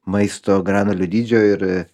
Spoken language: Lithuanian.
maisto granulių dydžio ir